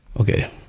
Okay